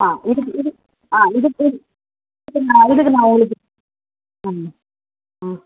ஆ இதுக்கு இதுக்கு ஆ இதுக்கு இது இதுக்கு நான் இதுக்கு நான் உங்களுக்கு ம் ஆ